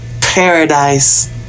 paradise